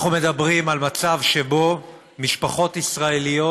אנחנו מדברים על מצב שבו משפחות ישראליות,